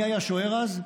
מי היה השוער אז?